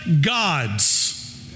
God's